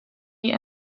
die